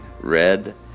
Red